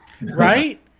Right